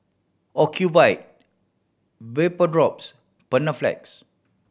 Ocuvite Vapodrops Panaflex